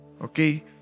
Okay